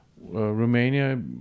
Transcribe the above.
Romania